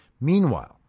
Meanwhile